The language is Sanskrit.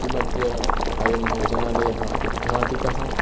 किम् अद्य अयं भोजनालयः उद्घाटितः